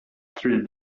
through